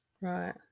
Right